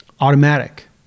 automatic